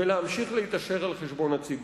ולהמשיך ולהתעשר על חשבון הציבור.